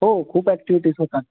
हो खूप ॲक्टिविटीज होतात